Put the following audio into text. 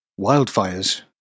wildfires